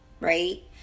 right